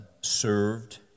served